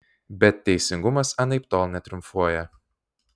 bet teisingumas anaiptol netriumfuoja